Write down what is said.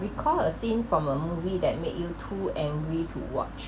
recall a scene from a movie that make you too angry to watch